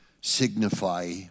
signify